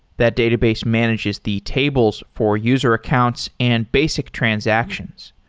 that database manages the tables for user accounts and basic transactions.